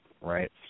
right